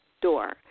door